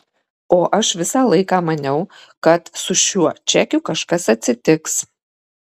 o aš visą laiką maniau kad su šiuo čekiu kažkas atsitiks